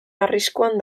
arriskuan